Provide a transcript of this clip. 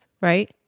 right